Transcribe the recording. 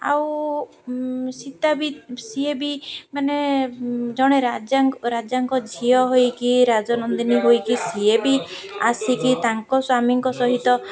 ଆଉ ସୀତା ବି ସିଏ ବି ମାନେ ଜଣେ ରାଜା ରାଜାଙ୍କ ଝିଅ ହୋଇକି ରାଜନନ୍ଦିନୀ ହୋଇକି ସିଏ ବି ଆସିକି ତାଙ୍କ ସ୍ୱାମୀଙ୍କ ସହିତ